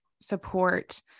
support